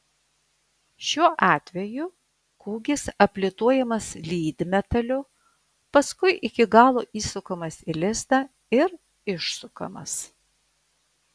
šiuo atveju kūgis aplituojamas lydmetaliu paskui iki galo įsukamas į lizdą ir išsukamas